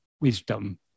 wisdom